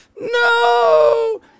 no